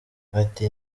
ati